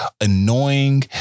annoying